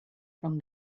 from